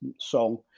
song